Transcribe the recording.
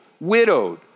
widowed